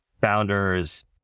founders